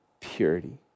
purity